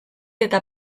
eta